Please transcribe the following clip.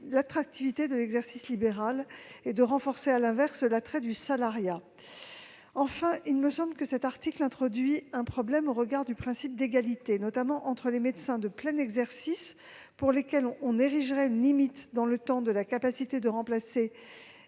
l'attractivité de l'exercice libéral et, à l'inverse, de renforcer l'attrait du salariat. Enfin, il me semble que cet article pose un problème au regard du principe d'égalité, notamment entre les médecins de plein exercice, pour lesquels on érigerait une limite dans le temps à leur capacité de remplacer,